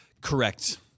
correct